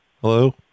Hello